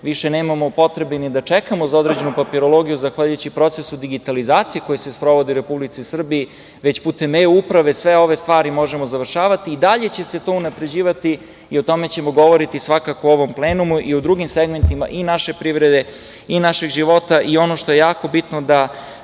više nemamo potrebe ni da čekamo za određenu papirologiju zahvaljujući procesu digitalizacije koja se sprovodi u Republici Srbiji, već putem eUprave sve ove stvari završavati.I dalje će se to unapređivati, i o tome ćemo govoriti svakako u ovom plenumu, i o drugim segmentima, i naše privrede, i našeg života, i ono što je jako bitno, da